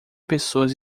pessoas